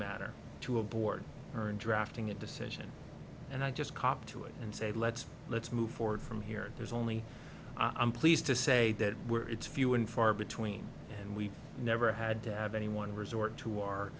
matter to a board or in drafting a decision and i just cop to it and say let's let's move forward from here there's only i'm pleased to say that we're it's few and far between and we've never had to have anyone resort to our